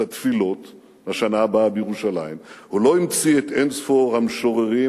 את התפילות "לשנה הבאה בירושלים"; הוא לא המציא את אין-ספור המשוררים,